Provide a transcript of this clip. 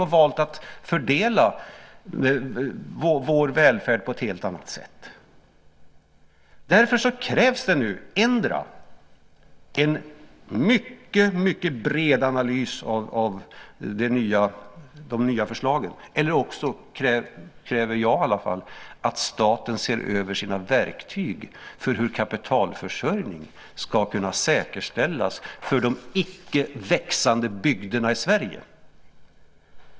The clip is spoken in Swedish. Vi har valt att fördela vår välfärd på ett helt annat sätt. Därför krävs det nu endera en mycket bred analys av de nya förslagen eller också kräver i varje fall jag att staten ser över sina verktyg för hur kapitalförsörjning ska kunna säkerställas för de ickeväxande bygderna i Sverige.